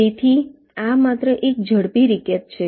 તેથી આ માત્ર એક ઝડપી રીકેપ છે